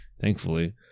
thankfully